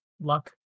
luck